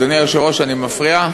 אדוני היושב-ראש, אני מפריע?